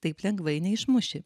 taip lengvai neišmuši